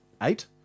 eight